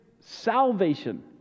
salvation